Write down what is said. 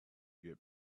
get